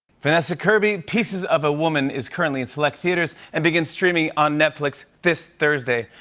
vanessa kirby. pieces of a woman is currently in select theaters and begins streaming on netflix this thursday.